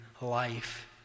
life